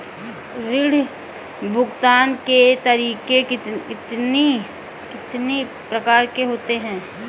ऋण भुगतान के तरीके कितनी प्रकार के होते हैं?